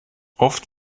oft